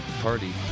party